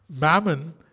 Mammon